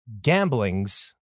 gamblings